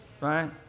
Right